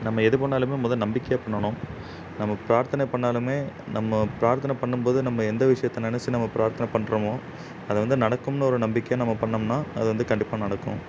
நம்ம எது பண்ணிணாலுமே மொதல் நம்பிக்கையாக பண்ணணும் நம்ம பிரார்த்தனை பண்ணிணாலுமே நம்ம பிரார்த்தனை பண்ணும்போது நம்ம எந்த விஷயத்தை நினச்சி நம்ம பிரார்த்தனை பண்ணுறோமோ அதை வந்து நடக்கும்னு ஒரு நம்பிக்கையாக நம்ம பண்ணிணோம்னா அது வந்து கண்டிப்பாக நடக்கும்